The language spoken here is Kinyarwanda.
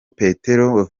petero